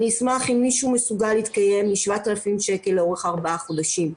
אני אשמח אם מישהו מסוגל להתקיים מ-7,000 שקל לאורך ארבעה חודשים.